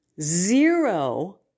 zero